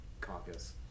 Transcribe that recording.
caucus